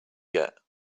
get